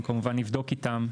אני כמובן אבדוק איתם,